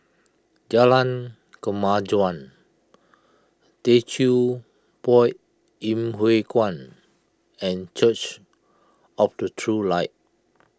Jalan Kemajuan Teochew Poit in Huay Kuan and Church of the True Light